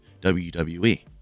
WWE